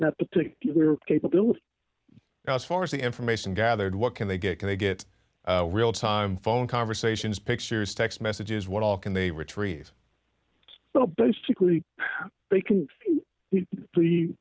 that particular capability as far as the information gathered what can they get can they get real time phone conversations pictures text messages what all can they retrieve so basically they can